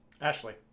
Ashley